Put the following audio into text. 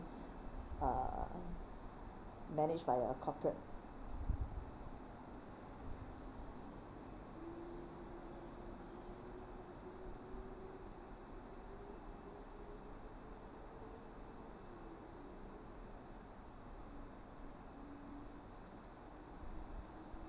uh managed by a corporate